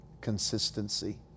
consistency